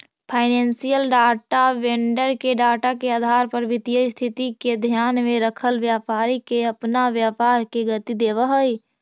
financial data vendor के data के आधार पर वित्तीय स्थिति के ध्यान में रखल व्यापारी के अपना व्यापार के गति देवऽ हई